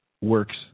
works